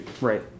right